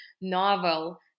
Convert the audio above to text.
novel